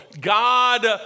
God